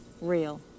real